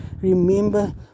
remember